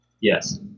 Yes